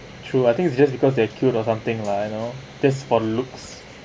true I think it's just because they're cute or something lah you know just for looks